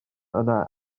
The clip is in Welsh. yna